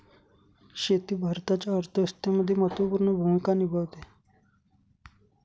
शेती भारताच्या अर्थव्यवस्थेमध्ये महत्त्वपूर्ण भूमिका निभावते